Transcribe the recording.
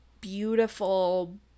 beautiful